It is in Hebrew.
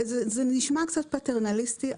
זה נשמע קצת פטרנליסטי,